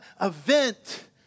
event